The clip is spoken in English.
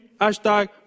Hashtag